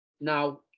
Now